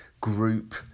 group